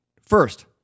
First